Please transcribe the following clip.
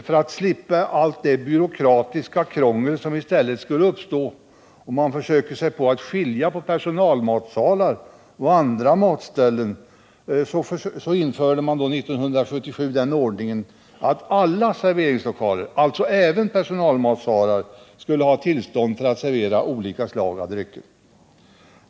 För att slippa allt det byråkratiska krångel som i stället skulle uppstå, om man skulle försöka sig på att skilja på personalmatsalar och andra matställen, infördes 1977 den ordningen att alla serveringslokaler — alltså även personalmatsalar — skulle ha tillstånd för att servera olika slag av alkoholdrycker.